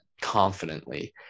confidently